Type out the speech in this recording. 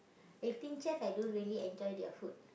Eighteen-Chef I don't really enjoy their food